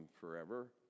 forever